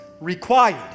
required